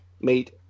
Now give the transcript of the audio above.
Made